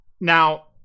Now